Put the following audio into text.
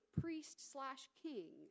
priest-slash-king